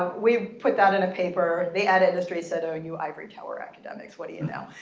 we put that in a paper. the ad industry said, oh, and you ivory tower academics. what do you know?